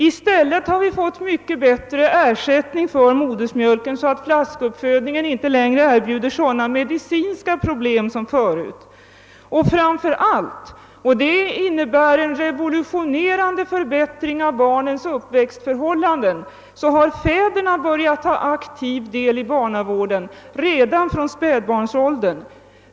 I stället har vi fått mycket bättre ersättningar för modersmjölken än förr, så att flaskuppfödningen inte längre erbjuder sådana medicinska problem som tidigare. Men framför allt, och det innebär en revolutionerande förbättring av barnens uppväxtförhållanden, har fäderna börjat ta aktiv del i barnavården redan från det barnen är i spädbarnsåldern.